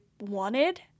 wanted